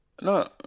No